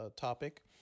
topic